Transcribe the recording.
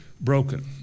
broken